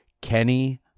Kenny